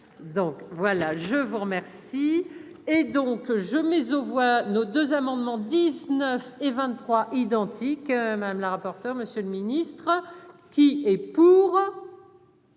donc voilà je vous remercie. Et donc je mets aux voix nos deux amendements 19 et 20. 3 identique madame la rapporteure, Monsieur le Ministre, qui est pour.